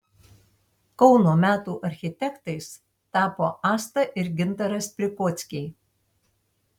kauno metų architektais tapo asta ir gintaras prikockiai